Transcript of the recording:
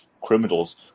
criminals